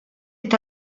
est